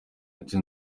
ndetse